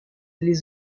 les